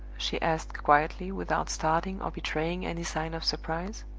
she asked, quietly, without starting or betraying any sign of surprise.